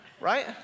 right